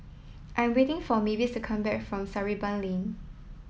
I am waiting for Mavis to come back from Sarimbun Lane